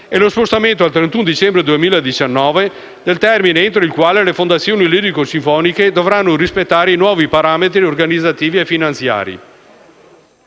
e lo spostamento al 31 dicembre 2019 del termine entro il quale le fondazioni lirico-sinfoniche dovranno rispettare i nuovi parametri organizzativi e finanziari.